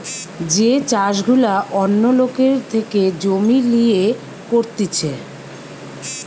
যে চাষ গুলা অন্য লোকের থেকে জমি লিয়ে করতিছে